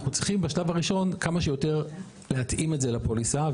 אנחנו צריכים בשלב הראשון כמה שיותר להתאים את זה לפוליסה,